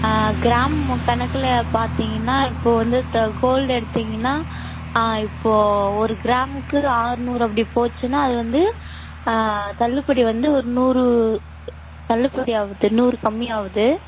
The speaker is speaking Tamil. கிராம் கணக்கில் பார்த்தீங்கன்னா இப்போது வந்து த கோல்டு எடுத்தீங்கன்னால் இப்போது ஒரு கிராமுக்கு அறுநூறு அப்படி போச்சுன்னால் அது வந்து தள்ளுபடி வந்து ஒரு நூறு தள்ளுபடி ஆகுது நூறு கம்மியாகுது